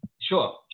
Sure